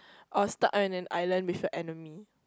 or stuck in an island with your enemy